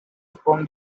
from